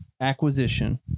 acquisition